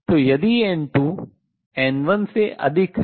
तो यदि n2 n1 से अधिक है